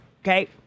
Okay